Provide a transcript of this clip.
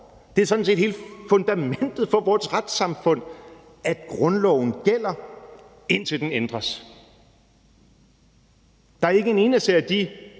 Det er sådan set hele fundamentet for vores retssamfund, at grundloven gælder, indtil den ændres. Der er ikke en eneste